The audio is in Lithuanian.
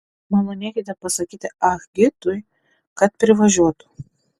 malonėkite pasakyti ah gitui kad privažiuotų